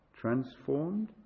Transformed